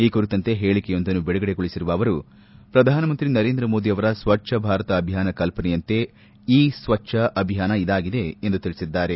ಈ ಕುರಿತಂತೆ ಪೇಳಿಕೆಯೊಂದನ್ನು ಬಿಡುಗಡೆಗೊಳಿಸಿರುವ ಅವರು ಪ್ರಧಾನಮಂತ್ರಿ ನರೇಂದ್ರಮೋದಿ ಅವರ ಸ್ವಚ್ವಭಾರತ ಅಭಿಯಾನ ಕಲ್ಪನೆಯಂತೆ ಇ ಸ್ವಚ್ವ ಅಭಿಯಾನ ಇದಾಗಿದೆ ಎಂದು ತಿಳಿಸಿದ್ದಾರೆ